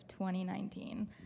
2019